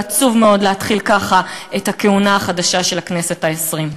עצוב מאוד להתחיל ככה את הכהונה החדשה של הכנסת העשרים.